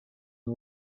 and